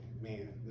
man